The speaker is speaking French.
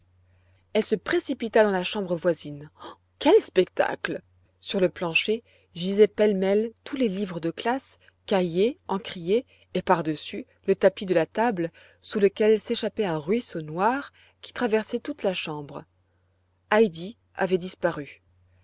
elle se précipita dans la chambre voisine quel spectacle sur le plancher gisaient pêle-mêle tous les livres de classe cahiers encriers et par-dessus le tapis de la table sous le quel s'échappait un ruisseau noir qui traversait toute la chambre heidi avait disparu